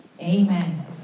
Amen